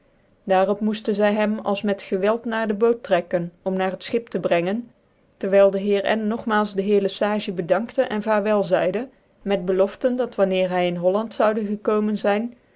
op moeften zy hem als met geweld na dc bood trekken om na het schip te brengen terwijl dc heer n nogmaals de heer le sage bedankte cn vaarwel zeidc met beloften dat wanneer hy in holland zoude gekomen zyn